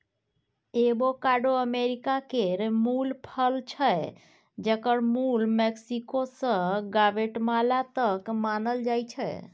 avocado America केर मुल फल छै जकर मुल मैक्सिको सँ ग्वाटेमाला तक मानल जाइ छै